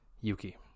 Yuki